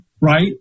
right